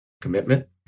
commitment